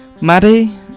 Maddie